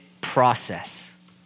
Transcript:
process